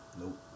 Nope